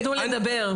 ואם יש, הם יפחדו לדבר.